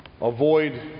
avoid